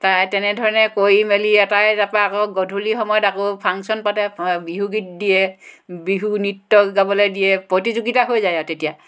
তাৰ তেনেধৰণে কৰি মেলি অঁতাই তাৰ পৰা আকৌ গধূলি সময়ত আকৌ ফাংচন পাতে বিহু গীত দিয়ে বিহু নৃত্য গাবলৈ দিয়ে প্ৰতিযোগিতা হৈ যায় তেতিয়া